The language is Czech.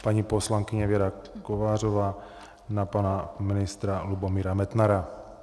Paní poslankyně Věra Kovářová na pana ministra Lubomíra Metnara.